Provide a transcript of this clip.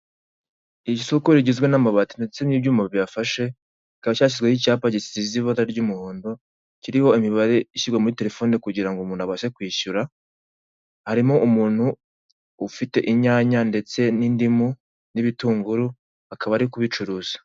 Isoko rigizwe n'amabati ndetse n'ibyuma biyafashe rikaba cyashyizweho icyapa gisize ibara ry'umuhondo kiriho imibare ishyirwa muri telefoni kugira ngo umuntu abashe kwishyura, harimo umuntu ufite inyanya ndetse n'indimu n'ibitunguru akaba ari kubicuruza.